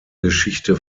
geschichte